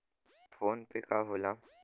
PhonePe का होला?